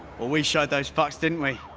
we showed those fucks, didn't we?